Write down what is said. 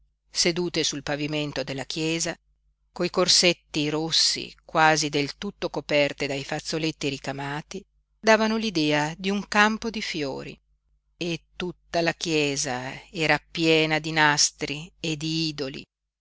sedute sul pavimento della chiesa coi corsetti rossi quasi del tutto coperte dai fazzoletti ricamati davano l'idea di un campo di fiori e tutta la chiesa era piena di nastri e di idoli